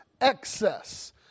excess